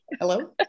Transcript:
hello